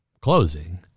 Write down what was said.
closing